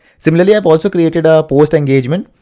similarly i've also created ah a post engagement,